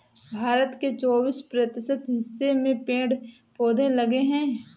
भारत के चौबिस प्रतिशत हिस्से में पेड़ पौधे लगे हैं